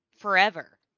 Forever